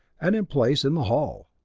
and in place in the hull.